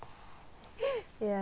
ya